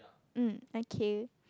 mmm okay